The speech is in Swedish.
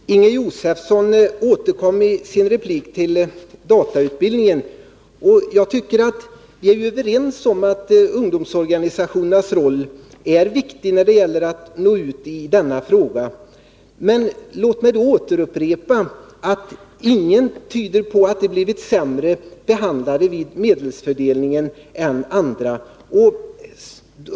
Herr talman! Inger Josefsson återkom i sin replik till datautbildningen. Vi är överens om att ungdomsorganisationernas roll är viktig när det gäller att nå ut. Men låt mig upprepa att ingenting tyder på att de har blivit sämre behandlade vid medelsfördelningen än andra.